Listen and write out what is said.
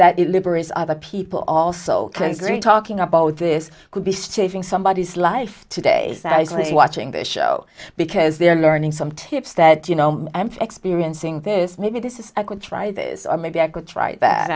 liberates other people also considering talking about this could be saving somebody who's life today's that isolates watching the show because they're learning some tips that you know i'm experiencing this maybe this is i could try this or maybe i could try that